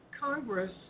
Congress